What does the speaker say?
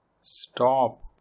Stop